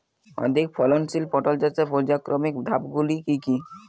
অধিক ফলনশীল পটল চাষের পর্যায়ক্রমিক ধাপগুলি কি কি?